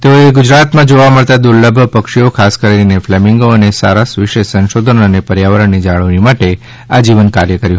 તેઓએ ગુજરાતમાં જોવા મળતા દુર્લભ પક્ષીઓ ખાસ કરીને ફલેમિંગો અને સારસ વિશે સંશોધન અને પર્યાવરણની જાળવણી માટે આજીવન કાર્ય કર્યું